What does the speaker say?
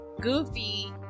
Goofy